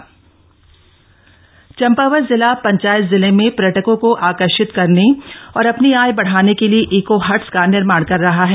eco hut Champawat जिला पंचायत जिले में पर्यटकों को आकर्षित करने और अपनी आय बढ़ाने के लिए ईको हट्स का निर्माण कर रहा है